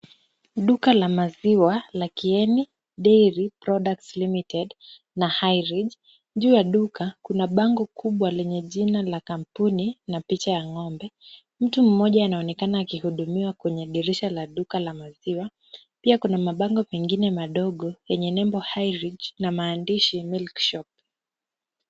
Duka la maziwa la Kieni Dairy Products Limited na Highridge. Juu ya duka kuna bango kubwa lenye jina la kampuni na picha ya ng'ombe. Mtu mmoja anaonekana akihudumwa kwenye dirisha la duka la maziwa. Pia kuna mabango mengine madogo yenye nembo Highridge na maandishi milk shop .